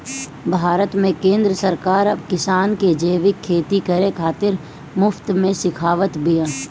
भारत में केंद्र सरकार अब किसान के जैविक खेती करे खातिर मुफ्त में सिखावत बिया